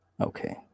okay